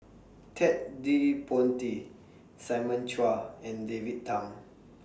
Ted De Ponti Simon Chua and David Tham